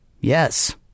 Yes